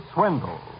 Swindle